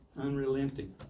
Unrelenting